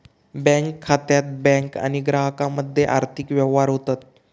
bank खात्यात bank आणि ग्राहकामध्ये आर्थिक व्यवहार होतत